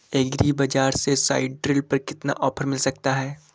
Agree bazaar से seed drill पर कितना ऑफर मिल सकता है?